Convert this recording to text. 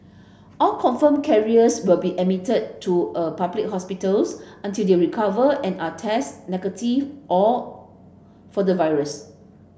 all confirmed carriers will be admitted to a public hospitals until they recover and are tested negative all for the virus